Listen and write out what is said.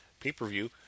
pay-per-view